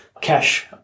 cash